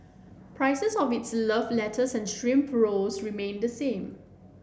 prices of its love letters and shrimp rolls remain the same